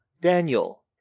Daniel